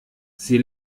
sie